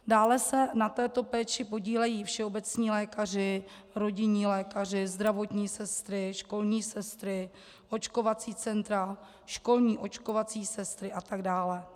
Dále se na této péči podílejí všeobecní lékaři, rodinní lékaři, zdravotní sestry, školní sestry, očkovací centra, školní očkovací sestry a tak dále.